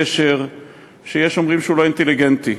קשר שיש אומרים שהוא לא אינטליגנטי.